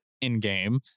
in-game